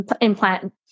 implant